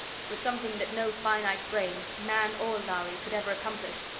it was something that no finite brain man or lhari could ever accomplish,